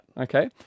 Okay